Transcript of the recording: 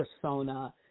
persona